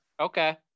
Okay